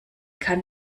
kann